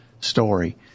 story